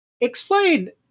explain